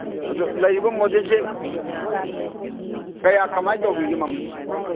ꯑꯗꯨ ꯂꯩꯔꯤꯕ ꯃꯣꯗꯦꯜꯁꯦ ꯀꯌꯥ ꯀꯃꯥꯏꯅ ꯇꯧꯕꯤꯒꯦ ꯃꯃꯟꯁꯦ